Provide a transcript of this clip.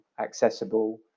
accessible